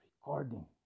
recording